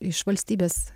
iš valstybės